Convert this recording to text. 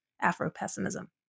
Afro-pessimism